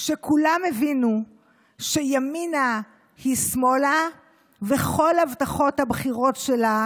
כשכולם הבינו שימינה היא שמאלה וכל הבטחות הבחירות שלה